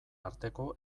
arteko